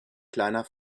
kleiner